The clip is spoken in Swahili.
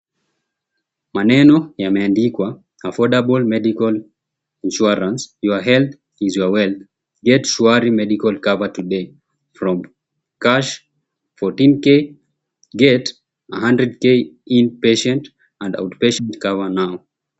Maneno yameadikwa, Affordable Medical Insurance Your Health is Your Wealth Get Shwaari Medical Cover Today From Cash 14k get a 100k Inpatient and Outpatient Cover now.